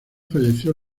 fallecido